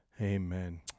amen